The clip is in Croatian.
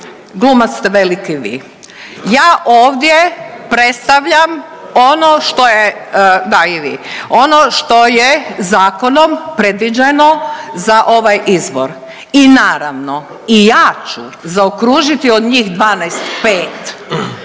glumac ste veliki vi, ja ove predstavljam ono što je, da i vi, ono što je zakonom predviđeno za ovaj izbor. I naravno, i ja ću zaokružiti od njih 12, pet